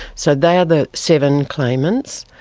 so they are the seven claimants.